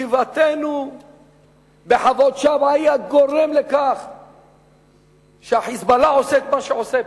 ישיבתנו בחוות-שבעא היא הגורם לכך שה"חיזבאללה" עושה את מה שעושה.